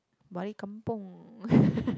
balik kampung